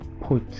put